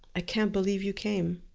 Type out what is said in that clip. ah can't believe you came.